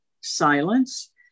silence